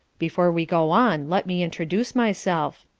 before we go on let me introduce myself,